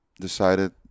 decided